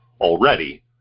already